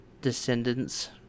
descendants